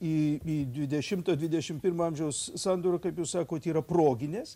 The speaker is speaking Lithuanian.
į į dvidešimto dvidešim pirmo amžiaus sandūrą kaip jūs sakot yra proginės